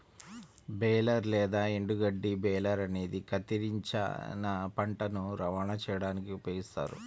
baler లేదా ఎండుగడ్డి baler అనేది కత్తిరించిన పంటను రవాణా చేయడానికి ఉపయోగిస్తారు